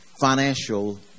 financial